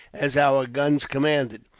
as our guns command it.